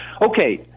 Okay